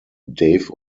dave